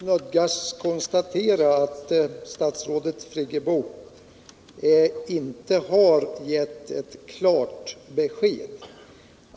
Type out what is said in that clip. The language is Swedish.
Herr talman! Jag nödgas konstatera att statsrådet Friggebo inte har gett ett klart besked.